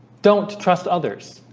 don't trust others